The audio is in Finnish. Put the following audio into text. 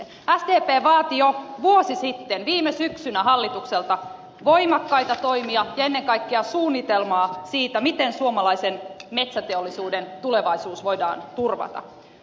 sdp vaati jo vuosi sitten viime syksynä hallitukselta voimakkaita toimia ja ennen kaikkea suunnitelmaa siitä miten suomalaisen metsäteollisuuden tulevaisuus voidaan turvata